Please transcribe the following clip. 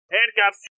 Handcuffs